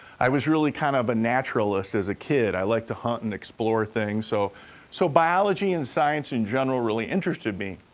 i was really kind of a naturalist as a kid. i liked to hunt and explore things, so so biology and science in general really interested me.